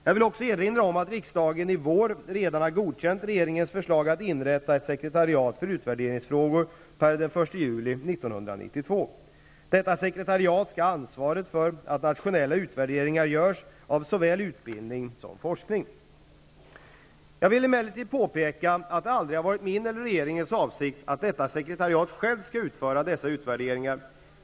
Jag vill också erinra om att riksdagen i vår redan har godkänt regeringens förslag att inrätta ett sekretariat för utvärderingsfrågor den 1 juli 1992. Detta sekretariat skall ha ansvaret för att nationella utvärderingar görs av såväl utbildning som forskning. Jag vill emellertid påpeka att det aldrig har varit min eller regeringens avsikt att detta sekretariat självt skall utföra dessa utvärderingar.